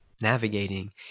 navigating